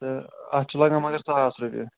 تہٕ اَتھ چھِ لگان مگر ساس رۄپیہِ